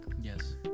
yes